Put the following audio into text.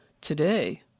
today